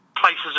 places